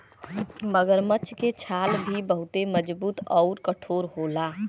मगरमच्छ के छाल भी बहुते मजबूत आउर कठोर होला